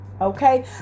Okay